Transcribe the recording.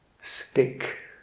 stick